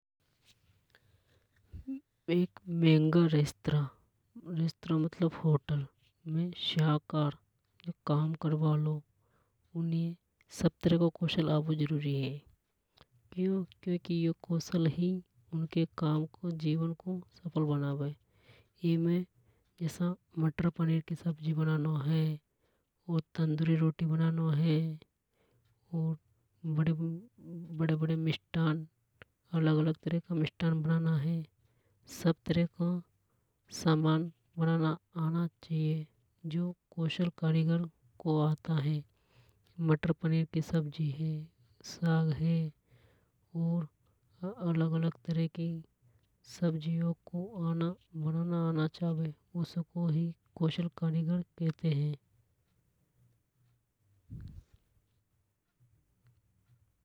एक महंगा restaurant restaurant मतलब होटल में शाहकार जो काम करबा हालो ऊनी ये सब तरह को कौशल आबो जरूरी है। क्यों क्योंकि यों कौशल ही उनके काम को जीवन को सफल बनावे। इमे जसा मटर पनीर की सब्जी बनानो है। और तंदूरी रोटी बनानो है। और बड़े मिष्ठान अलग अलग तरह के मिष्ठान बनाना है। सब तरह का सामान बनाना आना चाहिए जो कुशल कारीगर को आता हे मटर पनीर की सब्जी है साग है। और अलग-अलग तरह की सब्जियों को बनाना आना चाहिए उसको ही कुशल कारीगर कहते है।